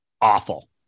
awful